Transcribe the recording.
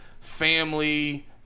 family